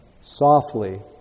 softly